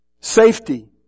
safety